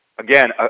Again